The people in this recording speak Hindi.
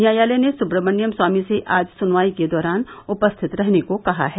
न्यायालय ने सुब्रमण्यम स्वामी से आज सुनवाई के दौरान उपस्थित रहने को कहा है